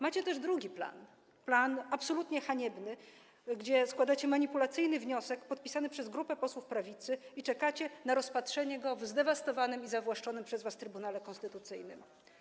Macie też drugi plan, plan absolutnie haniebny, bo składacie manipulacyjny wniosek podpisany przez grupę posłów prawicy i czekacie na rozpatrzenie go w zdewastowanym i zawłaszczonym przez was Trybunale Konstytucyjnym.